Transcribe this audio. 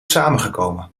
samengekomen